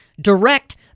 direct